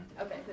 Okay